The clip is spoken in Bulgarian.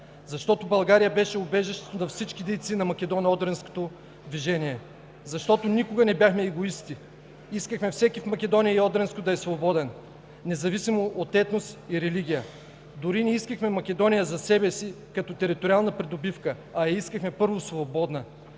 защото България беше убежището на всички дейни на Македоно-Одринското движение, защото никога не бяхме егоисти, искахме всеки в Македония и Одринско да е свободен, независимо от етнос и религия. Дори не искахме Македония за себе си като териториална придобивка, а я искахме първо свободна